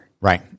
Right